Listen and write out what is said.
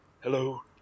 Hello